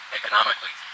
economically